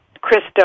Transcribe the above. Christo